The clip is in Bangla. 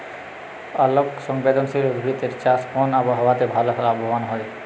আলোক সংবেদশীল উদ্ভিদ এর চাষ কোন আবহাওয়াতে ভাল লাভবান হয়?